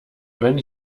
wenn